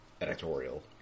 editorial